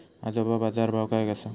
आजचो बाजार भाव काय आसा?